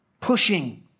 pushing